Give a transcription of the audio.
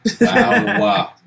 Wow